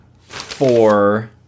four